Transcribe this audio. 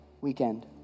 weekend